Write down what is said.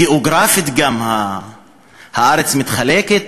גיאוגרפית גם הארץ מתחלקת,